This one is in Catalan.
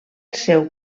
seu